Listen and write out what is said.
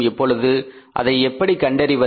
இப்பொழுது அதை எப்படி கண்டறிவது